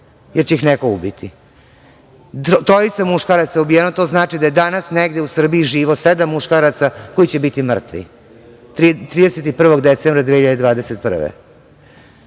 jer će ih neko ubiti. Trojica muškaraca ubijeno, to znači da je danas negde u Srbiji živo sedam muškaraca koji će biti mrtvi 31. decembra 2021.